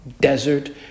desert